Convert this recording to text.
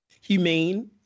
humane